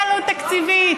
איך, אין עלות תקציבית.